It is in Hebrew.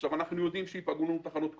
אנחנו יודעים שייפגעו לנו תחנות כוח,